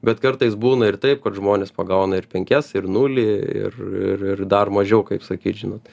bet kartais būna ir taip kad žmonės pagauna ir penkias ir nulį ir ir ir dar mažiau kaip sakyt žinot